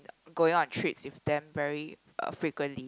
going on trips with them very uh frequently